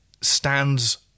stands